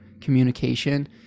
communication